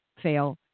Fail